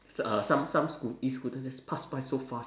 so~ uh some some scoot~ E scooter just pass by so fast